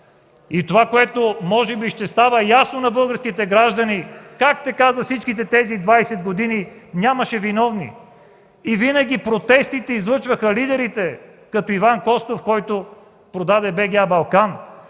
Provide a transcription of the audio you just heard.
поздравен. Може би ще става ясно на българските граждани как така за всичките тези 20 години нямаше виновни и винаги протестите излъчваха лидерите като Иван Костов, който продаде БГА „Балкан”